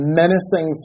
menacing